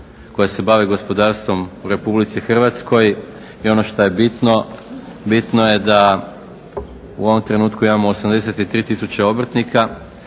koji se bavi gospodarstvom u Republici Hrvatskoj i ono što je bitno, bitno je da u ovom trenutku imamo 83 tisuće obrtnika,